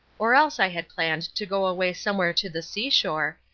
or else i had planned to go away somewhere to the seashore,